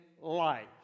life